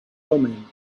thummim